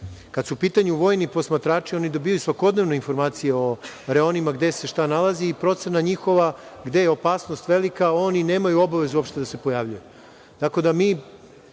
su u pitanju vojni posmatrači, oni dobijaju svakodnevne informacije o reonima gde se šta nalazi i njihova procena gde je opasnost velika oni nemaju obavezu uopšte da se pojavljuju. Tako